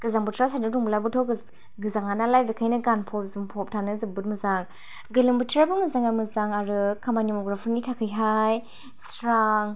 गोजां बोथोराव सान्दुं दुंब्लाबोथ' गोजाङा नालाय बिखायनो गानफब जोमफब थानो जोबोर मोजां गोलोम बोथाराव जोंनो मोजां आरो खामानि मावग्राफोरनि थाखायहाय स्रां